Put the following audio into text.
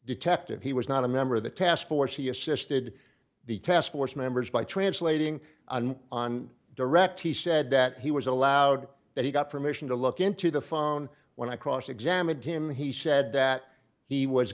detective he was not a member of the task force he assisted the task force members by translating and on direct he said that he was allowed that he got permission to look into the phone when i cross examined him he said that he was